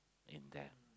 in there